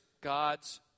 God's